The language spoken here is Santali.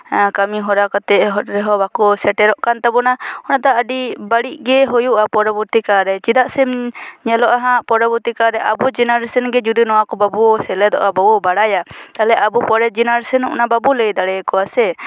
ᱠᱟᱹᱢᱤ ᱦᱚᱨᱟ ᱠᱟᱛᱮᱫ ᱦᱚᱨ ᱨᱮᱦᱚᱸ ᱵᱟᱠᱚ ᱥᱮᱴᱮᱨᱚᱜ ᱠᱟᱱ ᱛᱟᱵᱚᱱᱟ ᱚᱱᱟᱛᱮ ᱟᱹᱰᱤ ᱵᱟᱹᱲᱤᱡ ᱜᱮ ᱦᱩᱭᱩᱜᱼᱟ ᱯᱚᱨᱚᱵᱚᱨᱛᱤ ᱠᱟᱞᱨᱮ ᱪᱮᱫᱟᱜ ᱥᱮ ᱧᱮᱞᱚᱜᱼᱟ ᱦᱟᱸᱜ ᱯᱚᱨᱚᱵᱚᱨᱛᱤ ᱠᱟᱞᱨᱮ ᱟᱵᱚ ᱡᱮᱱᱟᱨᱮᱥᱮᱱ ᱜᱮ ᱡᱩᱫᱤ ᱱᱚᱣᱟ ᱠᱚ ᱵᱟᱵᱚ ᱥᱮᱞᱮᱫᱚᱜᱼᱟ ᱵᱟᱵᱚ ᱵᱟᱲᱟᱭᱟ ᱛᱟᱦᱞᱮ ᱟᱵᱚ ᱯᱚᱨᱮ ᱡᱮᱱᱟᱨᱮᱥᱚᱱ ᱚᱱᱟ ᱵᱟᱵᱚᱱ ᱞᱟᱹᱭ ᱫᱟᱲᱮᱭᱟᱠᱚᱣᱟ ᱥᱮ